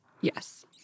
Yes